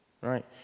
right